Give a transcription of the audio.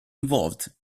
involved